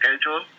schedule